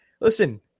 listen